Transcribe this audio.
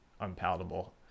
unpalatable